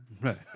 Right